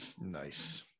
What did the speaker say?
Nice